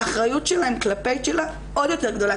האחריות שלה כלפי צ'ילה עוד יותר גדולה,